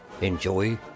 Enjoy